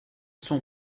son